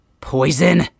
Poison